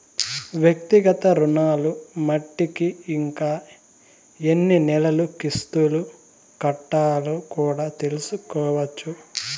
వ్యక్తిగత రుణాలు మట్టికి ఇంకా ఎన్ని నెలలు కిస్తులు కట్టాలో కూడా తెల్సుకోవచ్చు